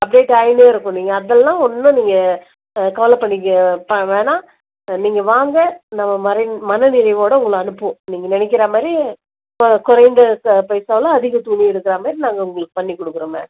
update ஆயின்னே இருக்கும் நீங்கள் அதெல்லாம் நீங்கள் ஒன்னும் நீங்கள் கவலை பண்ணிக்க இப்போ வேணாம் நீங்கள் வாங்க நாங்கள் மறை மன நிறைவோடு உங்களை அனுப்புவோம் நீங்கள் நெனைக்கிற மாதிரி கொறை குறைந்த பைசா பைசாவில் அதிக துணி எடுக்குற மாரி நாங்கள் உங்களுக்கு பண்ணிக் கொடுக்குறோம் மேம்